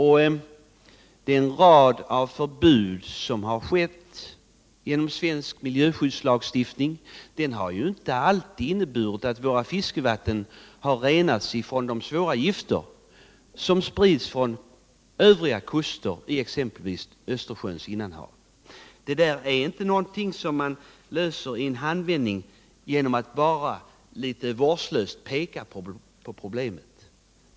Den rad av förbud som införts genom svensk miljöskyddslagstiftning har inte alltid inneburit att våra fiskevatten har renats från de svåra gifter som sprids från övriga kuster i exempelvis Östersjöns innanhav. Det är inte någonting som man löser genom att bara litet vårdslöst peka på problemen.